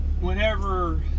whenever